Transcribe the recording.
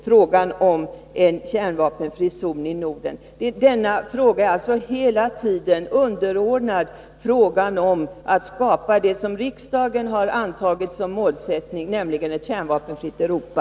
Frågan om en kärnvapenfri zon i Norden är hela tiden underordnad frågan om att skapa det som riksdagen har antagit som målsättning, nämligen ett kärnvapenfritt Europa.